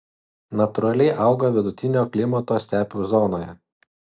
natūraliai auga vidutinio klimato stepių zonoje